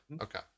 okay